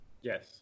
Yes